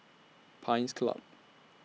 Pines Club